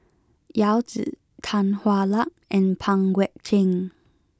Yao Zi Tan Hwa Luck and Pang Guek Cheng